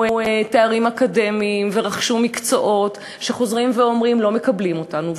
תארים אקדמיים ורכשו מקצועות שחוזרים ואומרים: לא מקבלים אותנו,